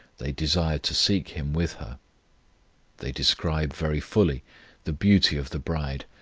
they desire to seek him with her they describe very fully the beauty of the bride,